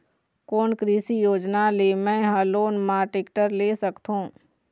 कोन कृषि योजना ले मैं हा लोन मा टेक्टर ले सकथों?